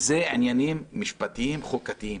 זה עניינים משפטיים חוקתיים,